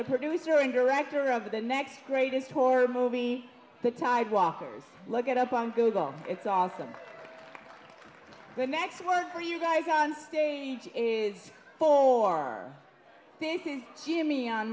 the producer and director of the next greatest horror movie the tide walkers look at up on google it's awesome the next word for you guys on stage is for our faces she hit me on